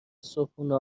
صبحونه